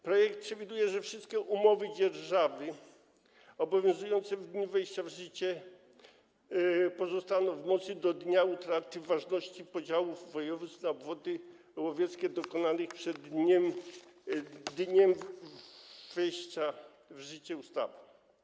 Projekt przewiduje, że wszystkie umowy dzierżawy obowiązujące w dniu wejścia w życie pozostaną w mocy do dnia utraty ważności podziałów województw na obwody łowieckie dokonanych przed dniem wejścia w życie ustawy.